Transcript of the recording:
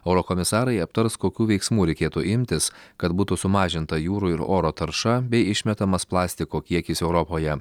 eurokomisarai aptars kokių veiksmų reikėtų imtis kad būtų sumažinta jūrų ir oro tarša bei išmetamas plastiko kiekis europoje